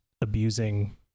abusing